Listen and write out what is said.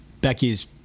Becky's